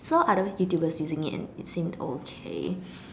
so I always see Youtubers using it and it seemed okay